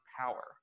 power